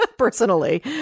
Personally